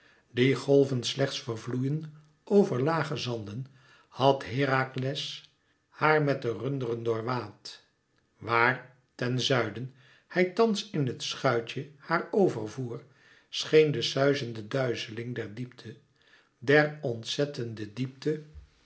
die golven slechts vervloeien over lage zanden had herakles haar met de runderen doorwaad waar ten zuiden hij thans in het schuitje haar overvoer scheen de suizende duizeling der diepte der ontzettende diepte